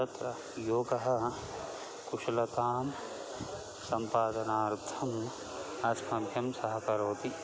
तत्र योगः कुशलतां सम्पादनार्थम् अस्मभ्यं सहकरोति